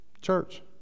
Church